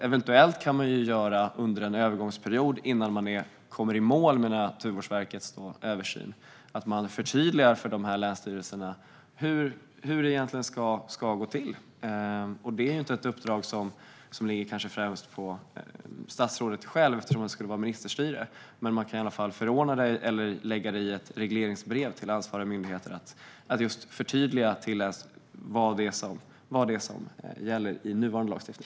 Eventuellt kan man därför under en övergångsperiod, innan man kommer i mål med Naturvårdsverkets översyn, förtydliga för dessa länsstyrelser hur det egentligen ska gå till. Det är kanske inte ett uppdrag som ligger främst på statsrådet själv, eftersom det vore ministerstyre, men man kan åtminstone förordna det eller lägga det i ett regleringsbrev till ansvariga myndigheter - att just förtydliga vad det är som gäller i nuvarande lagstiftning.